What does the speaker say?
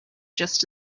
just